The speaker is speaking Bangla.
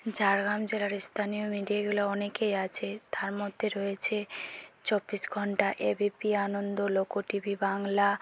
ঝাড়গ্রাম জেলার স্থানীয় মিডিয়াগুলো অনেকে আছে তার মধ্যে রয়েছে চব্বিশ ঘণ্টা এবিপি আনন্দ লোকো টিভি বাংলা